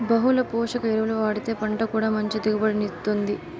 బహుళ పోషక ఎరువులు వాడితే పంట కూడా మంచి దిగుబడిని ఇత్తుంది